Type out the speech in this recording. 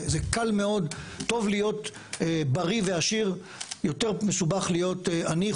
טוב להיות בריא ועשיר - יותר מסובך להיות עני,